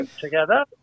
together